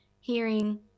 hearing